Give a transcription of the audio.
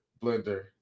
Blender